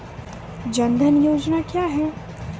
जन धन योजना क्या है?